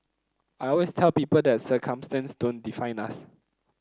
I always tell people that circumstances don't define us